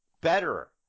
better